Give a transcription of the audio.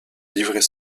livrait